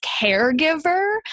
caregiver